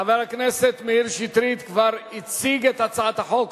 חבר הכנסת מאיר שטרית כבר הציג את הצעת החוק,